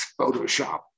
Photoshop